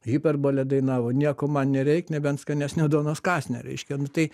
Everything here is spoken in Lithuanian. hiperbolė dainavo nieko man nereik nebent skanesnio duonos kąsnio reiškia nu tai